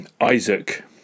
Isaac